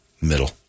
Middle